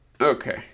Okay